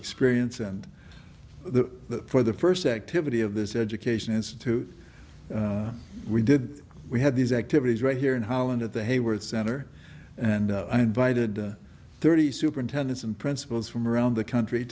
experience and the for the first activity of this education institute we did we had these activities right here in holland at the hayward center and i invited thirty superintendents and principals from around the country